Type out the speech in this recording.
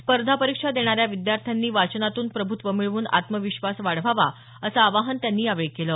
स्पर्धा परिक्षा देणाऱ्या विद्यार्थ्यांनी वाचनातून प्रभूत्व मिळवून आत्मविश्वास वाढवावा असं आवाहन त्यांनी यावेळी बोलतांना केलं